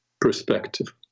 Perspective